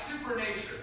supernature